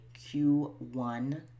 Q1